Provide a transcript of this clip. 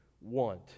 want